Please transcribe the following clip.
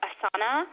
Asana